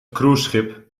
cruiseschip